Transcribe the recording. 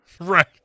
Right